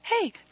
Hey